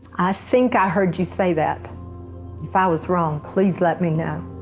i think i heard you say that if i was wrong please let me know